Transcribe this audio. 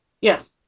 yes